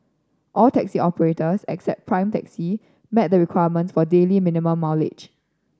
all taxi operators except Prime Taxi met the requirement for daily minimum mileage